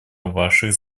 ваших